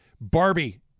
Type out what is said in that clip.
Barbie